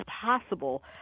possible